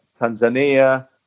Tanzania